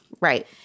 Right